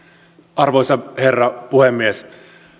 arvoisa herra puhemies